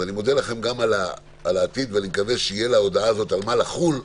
אני מודה לכם גם על העתיד ואני מקווה שתהיה להודאה הזו על מה לחול,